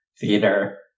theater